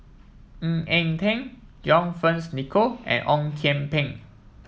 Ng Eng Teng John Fearns Nicoll and Ong Kian Peng